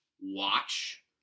watch